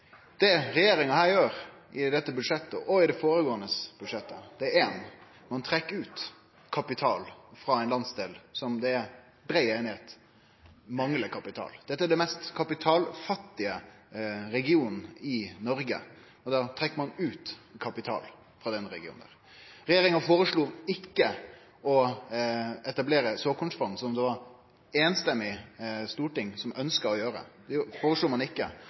Det regjeringa gjer i dette budsjettet og i det førre budsjettet, er for det første at ein trekkjer ut kapital frå ein landsdel som det er brei einigheit om manglar kapital. Dette er den mest kapitalfattige regionen i Noreg, og ein trekkjer ut kapital frå den regionen. Regjeringa føreslo ikkje å etablere eit såkornsfond, som eit samrøystes storting ønska å gjere. Det føreslo ein ikkje.